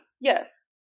Yes